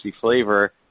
flavor